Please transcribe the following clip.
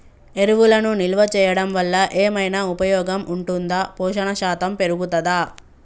ఎరువులను నిల్వ చేయడం వల్ల ఏమైనా ఉపయోగం ఉంటుందా పోషణ శాతం పెరుగుతదా?